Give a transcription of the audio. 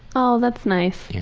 oh, that's nice.